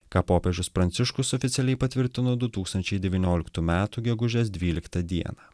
ką popiežius pranciškus oficialiai patvirtino du tūkstančiai devynioliktų metų gegužės dvyliktą dieną